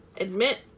admit